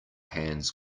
hands